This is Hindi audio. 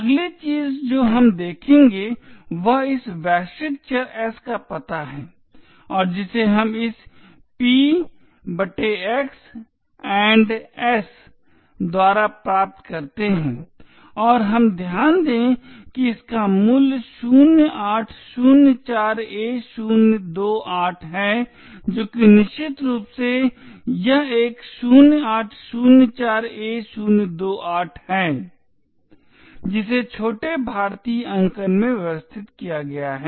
अगली चीज़ जो हम देखेंगे वह इस वैश्विक चर s का पता है और जिसे हम इस p x s द्वारा प्राप्त करते हैं और हम ध्यान दें कि इसका मूल्य 0804a028 है जो कि निश्चित रूप से यह एक 0804a028 है जिसे छोटे भारतीय अंकन में व्यवस्थित किया गया है